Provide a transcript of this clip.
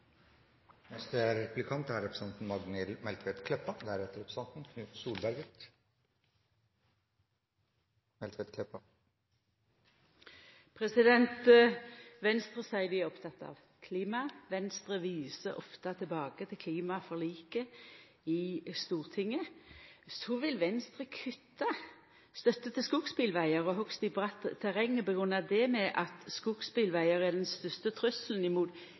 Venstre seier at dei er opptekne av klima. Venstre viser ofte tilbake til klimaforliket i Stortinget. Så vil Venstre kutta støtte til skogsbilvegar og hogst i bratt terreng, og grunngjev det med at skogsbilvegar er «den største